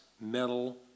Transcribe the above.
metal